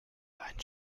ein